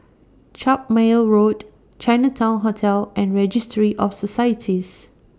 Carpmael Road Chinatown Hotel and Registry of Societies